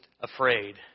afraid